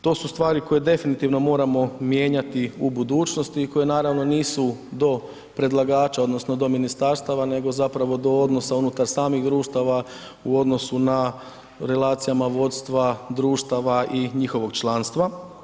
To su stvari koje definitivno moramo mijenjati u budućnosti i koje naravno nisu do predlagača odnosno do ministarstava nego zapravo do odnosa unutar samih društava u odnosu na relacijama vodstva društava i njihovog članstva.